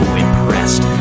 impressed